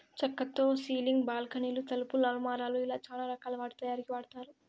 చక్కతో సీలింగ్, బాల్కానీలు, తలుపులు, అలమారాలు ఇలా చానా రకాల వాటి తయారీకి వాడతారు